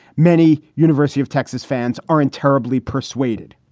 many university of texas fans are in terribly persuaded.